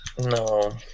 No